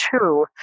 two